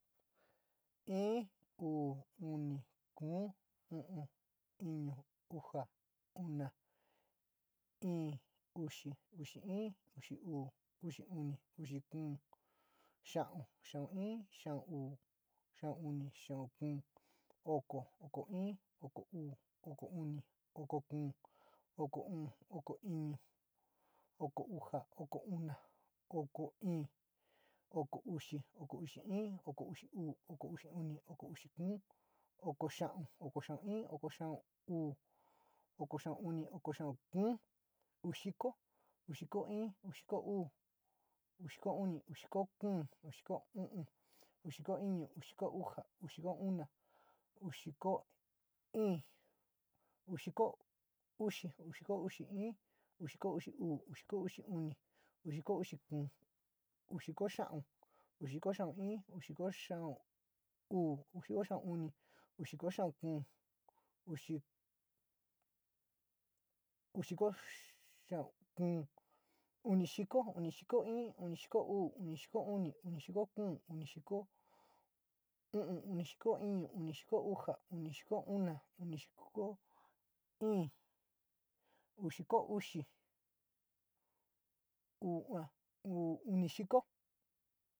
Iin, uu, uni, kóo, o'on, iño, uxa, ona íín, uxi, uxi iin, uxi uu, uxi oni, uxi kóo, xaón, xaón iin, xaón uu, xaón oni, xaón kóo, oko, oko iin, oko uu, oko oni, oko kóo, oko o'ón, oko iño, oko uxa, oko ona, oko íín, oko uxi, oko uxi iin, oko uxi uu, oko uxi oni, oko uxi kóo, oko xaón, oko xaón iin, oko xaón uu, oko xaón oni, oko xaón kóo, udiko, udiko iin, udiko uu, udiko oni, udiko kóo, udiko o'on, udiko, iño, udiko uxa, udiko ona, udiko íín udiko uxi, udiko uxi iin, udiko uxi uu, udiko uxi oni, udiko uxi kóo, udiko xaón, udiko xaón iin, udiko xaón uu, udiko xaón oni, udiko xaón kóo, uxi udiko xaón kóo, onidiko, onidiko iin, onidiko uu, onidiko oni, onidiko kóo, onidiko o'ón. iño onidiko iño, onidiko uxa, onidiko ona, onidiko íín, udiko uxi, uu, uu onidiko.